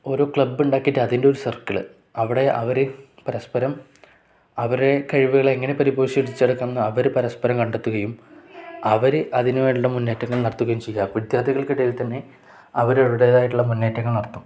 ഓരോ ക്ലബുണ്ടാക്കിയിട്ട് അതിൻ്റെ ഒരു സർക്കിള് അവിടെ അവർ പരസ്പരം അവരെ കഴിവുകളെ എങ്ങനെ പരിപോഷിപ്പിച്ചെടുക്കാമെന്ന് അവർ പരസ്പരം കണ്ടെത്തുകയും അവർ അതിനു വേള്ള മുന്നേറ്റങ്ങൾ നടർത്തുകയും ചെയ്യാ വിദ്യാർഥികൾക്കിടയിൽ തന്നെ അവരരുടേതായിട്ടുള്ള മുന്നേറ്റങ്ങൾ നടത്തും